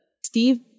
steve